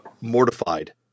mortified